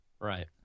Right